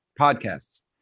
podcasts